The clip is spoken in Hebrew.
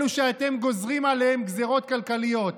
אלה שאתם גוזרים עליהם גזרות כלכליות.